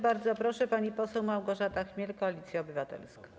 Bardzo proszę, pani poseł Małgorzata Chmiel, Koalicja Obywatelska.